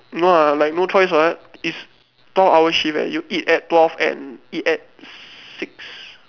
no ah like no choice what it's twelve hour shift eh you eat at twelve and eat at six